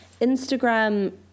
instagram